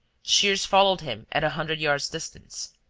shears followed him at a hundred yards' distance.